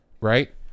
right